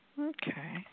Okay